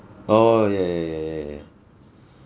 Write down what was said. oh ya ya ya ya ya ya